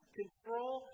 control